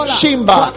Shimba